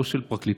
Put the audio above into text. לא של הפרקליטות,